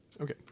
Okay